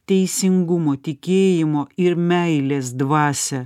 teisingumo tikėjimo ir meilės dvasią